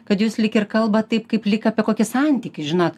kad jūs lyg ir kalbat taip kaip lyg apie kokį santykį žinot